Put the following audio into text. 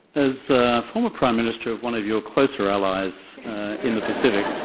as former prime minister of one of your closer allies in the pacific